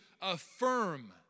affirm